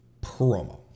promo